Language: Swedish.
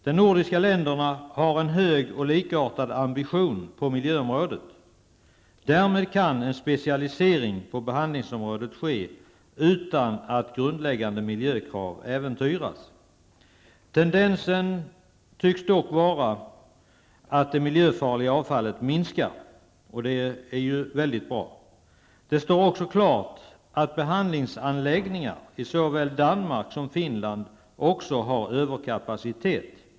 De nordiska länderna har en hög och likartad ambition på miljöområdet. Därmed kan en specialisering på behandlingsområdet ske utan att grundläggande miljökrav äventyras. Tendensen tycks dock vara att det miljöfarliga avfallet minskar, vilket är mycket bra. Det står också klart att behandlingsanläggningar i såväl Danmark som Finland har överkapacitet.